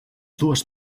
dues